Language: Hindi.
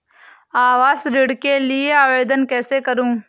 आवास ऋण के लिए आवेदन कैसे करुँ?